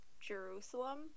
Jerusalem